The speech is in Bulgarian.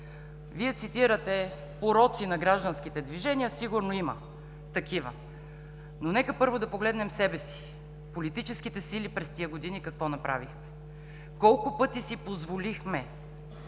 Вие цитирате уроци на гражданските движения. Сигурно има такива. Но нека първо погледнем себе си – политическите сили през тези години какво направихме. Колко пъти си позволихме